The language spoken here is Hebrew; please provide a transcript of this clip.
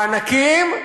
בענקים,